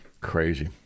Crazy